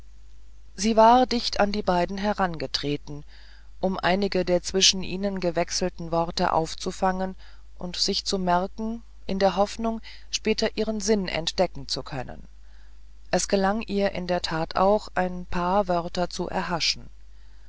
sie war dicht an die beiden herangetreten um einige der zwischen ihnen gewechselten worte aufzufangen und sich zu merken in der hoffnung später ihren sinn entdecken zu können es gelang ihr in der tat auch ein paar wörter zu erhaschen